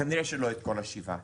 כנראה שלא את כל השבעה.